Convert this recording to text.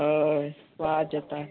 हय वाज येता